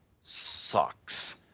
sucks